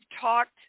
talked